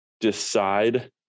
decide